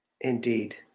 Indeed